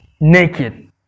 naked